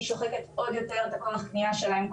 היא שוחקת עוד יותר בכוח קנייה שלהם,